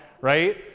Right